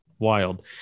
Wild